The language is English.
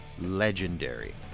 legendary